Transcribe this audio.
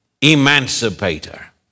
emancipator